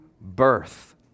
birth